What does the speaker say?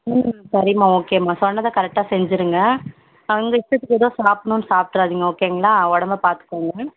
ம் சரிம்மா ஓகேம்மா சொன்னதை கரெக்டாக செஞ்சிருங்க உங்கள் இஷ்டத்துக்கு எதுவும் சாப்பிட்ணுன்னு சாப்பிட்றாதிங்க ஓகேங்களா உடம்ப பார்த்துக்கோங்க